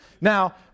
Now